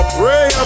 pray